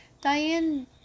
Diane